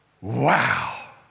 wow